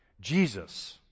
Jesus